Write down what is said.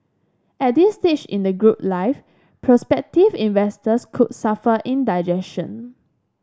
at this stage in the group life prospective investors could suffer indigestion